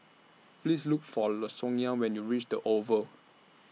Please Look For Lasonya when YOU REACH The Oval